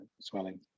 swelling